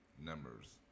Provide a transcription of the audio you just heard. numbers